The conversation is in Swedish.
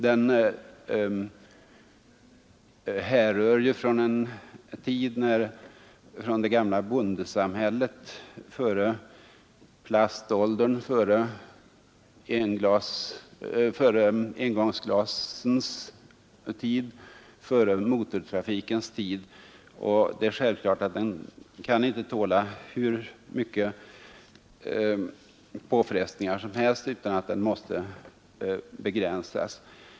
Allemansrätten härrör sig ju från det gamla bondesamhällets tid, alltså från tiden före plaståldern, engångsglasen och motortrafiken, och det är självklart att den rätten inte kan tåla hur stora påfrestningar som helst. Den måste på något sätt begränsas.